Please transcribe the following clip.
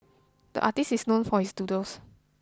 the artist is known for his doodles